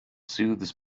soothes